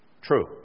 true